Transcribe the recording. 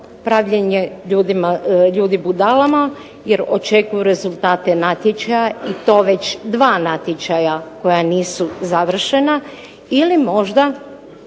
pravljenje ljudi budalama, jer očekuju rezultate natječaja i to već dva natječaja koja nisu završena ili možda